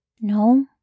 No